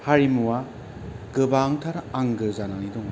हारिमुवा गोबांथार आंगो जानानै दङ